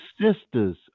sisters